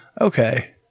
Okay